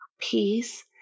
peace